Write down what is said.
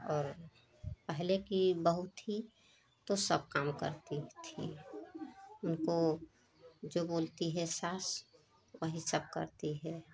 और पहले की बहू थी तो सब काम करती थीं उनको जो बोलती है सास वही सब करती है